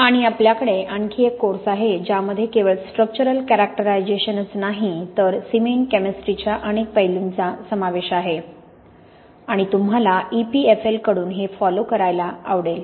आणि आपल्याकडे आणखी एक कोर्स आहे ज्यामध्ये केवळ स्ट्रक्चरल कॅरेक्टरायझेशनच नाही तर सिमेंट केमिस्ट्रीच्या अनेक पैलूंचा समावेश आहे आणि तुम्हाला EPFL कडून हे फॉलो करायला आवडेल